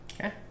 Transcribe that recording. Okay